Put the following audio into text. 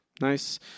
Nice